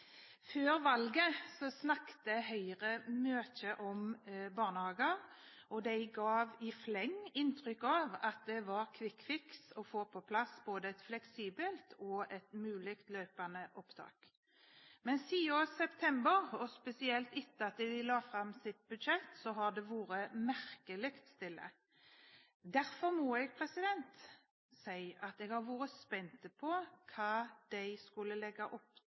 Før valget snakket Høyre mye om barnehager, og de ga i fleng inntrykk av at det var «quick fix» å få på plass både et fleksibelt og et mulig løpende opptak. Men siden september, og spesielt etter at de la fram sitt budsjett, har det vært merkelig stille. Derfor må jeg si at jeg har vært spent på hva de skulle legge opp